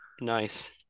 nice